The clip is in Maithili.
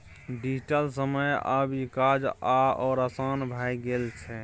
डिजिटल समय मे आब ई काज आओर आसान भए गेल छै